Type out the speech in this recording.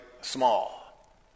small